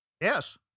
Yes